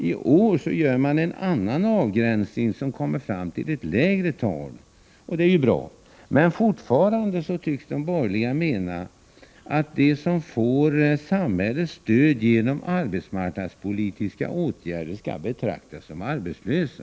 I år gör man en annan avgränsning och kommer fram till ett lägre tal, och det är ju bra. Men fortfarande tycks de borgerliga mena att de som får samhällets stöd genom arbetsmarknadspolitiska åtgärder skall betraktas som arbetslösa.